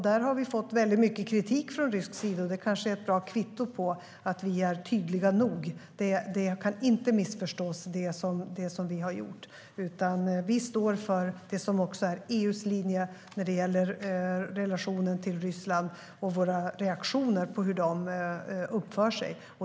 Där har vi fått väldigt mycket kritik från rysk sida. Det kanske är ett bra kvitto på att vi är tydliga nog. Det som vi har gjort kan inte missförstås. Vi står för det som också är EU:s linje när det gäller relationen till Ryssland och våra reaktioner på hur de uppför sig.